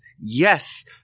yes